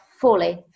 fully